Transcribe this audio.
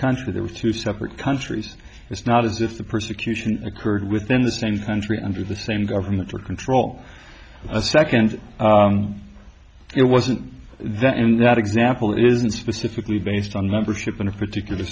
country they were two separate countries it's not as if the persecution occurred within the same country under the same government for control of a second it wasn't that and that example isn't specifically based on membership in a particular